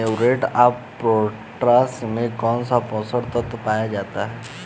Muriate of potash में कौन सा पोषक तत्व पाया जाता है?